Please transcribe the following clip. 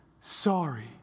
sorry